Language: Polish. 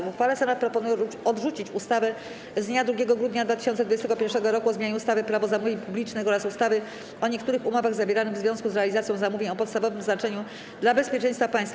W uchwale Senat proponuje odrzucić ustawę z dnia 2 grudnia 2021 r. o zmianie ustawy - Prawo zamówień publicznych oraz ustawy o niektórych umowach zawieranych w związku z realizacją zamówień o podstawowym znaczeniu dla bezpieczeństwa państwa.